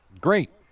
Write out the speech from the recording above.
Great